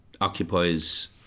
occupies